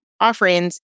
offerings